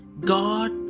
God